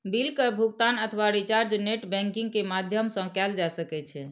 bill के भुगातन अथवा रिचार्ज नेट बैंकिंग के माध्यम सं कैल जा सकै छै